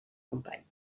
companys